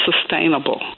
sustainable